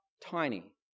tiny